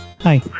Hi